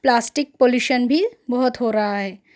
plastic pollution بھی بہت ہو رہا ہے